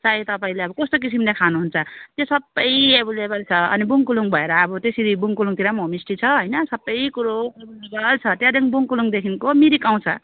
चाहे तपाईँले अब कस्तो किसिमले खानुहुन्छ त्यो सबै एभाइलेबल छ अनि बुङकुलुङ भएर अब त्यसरी बुङकुलुङतिर पनि होमस्टे छ होइन सबै कुरो एभाइलेबल छ त्यहाँदेखि बुङकुलुङदेखिको मिरिक आउँछ